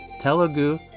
Telugu